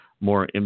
more